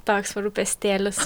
toks rūpestėlis